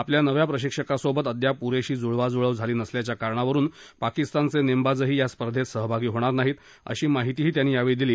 आपल्या नव्या प्रशिक्षकासोबत अद्याप पुरेशी जुळवाजुळव झाली नसल्याच्या कारणावरून पाकिस्तानचे नेमबाजही या स्पर्धेत सहभागी होणार नाहीत अशी माहितीही रणिंदर सिंग यांनी यावेळी दिली